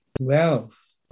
wealth